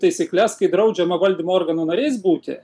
taisykles kai draudžiama valdymo organų nariais būti